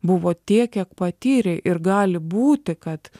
buvo tiek kiek patyrei ir gali būti kad